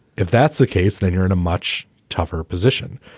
if that's the case then you're in a much tougher position.